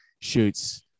shoots